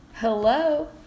hello